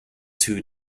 two